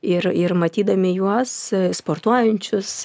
ir ir matydami juos sportuojančius